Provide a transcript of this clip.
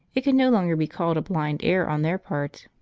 it can no longer be called a blind error on their part.